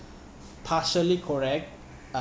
partially correct